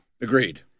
Agreed